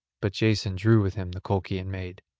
but jason drew with him the colchian maid.